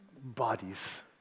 bodies